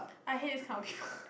I hate this kind of people